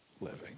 living